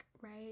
right